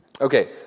Okay